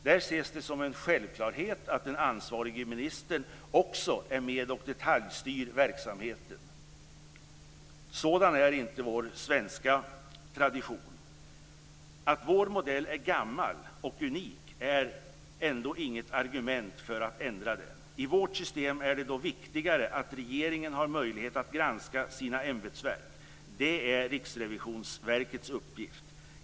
Där ses det som en självklarhet att den ansvarige ministern också är med och detaljstyr verksamheten. Sådan är inte vår svenska tradition. Att vår modell är gammal och unik är ändå inget argument för att ändra den. I vårt system är det viktigt att regeringen har möjlighet att granska sina ämbetsverk. Det är Riksrevisionsverkets uppgift.